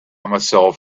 myself